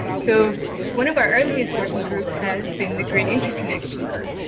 so one of our earliest working group has been the grid interconnection group.